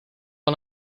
wel